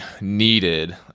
needed